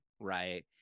right